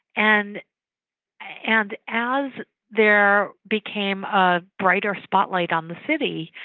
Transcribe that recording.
and and as there became a brighter spotlight on the city,